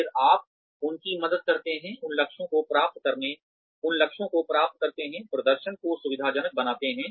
फिर आप उनकी मदद करते हैं उन लक्ष्यों को प्राप्त करते हैं प्रदर्शन को सुविधाजनक बनाते हैं